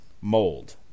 Mold